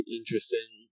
interesting